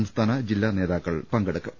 സംസ്ഥാന ജില്ലാ നേതാക്കൾ പങ്കെടുക്കും